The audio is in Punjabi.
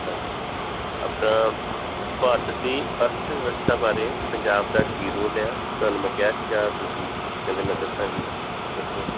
ਹਾਂਜੀ ਆਪਣਾ ਭਾਰਤ ਦੀ ਅਰਥ ਵਿਵਸਥਾ ਬਾਰੇ ਪੰਜਾਬ ਦਾ ਕੀ ਰੋਲ ਆ ਤੁਹਾਨੂੰ ਮੈਂ ਕਿਹਾ ਸੀਗਾ ਤੁਸੀਂ ਕਹਿੰਦੇ ਮੈਂ ਦੱਸਾਂਗੀ ਦੱਸੋ